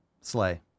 Slay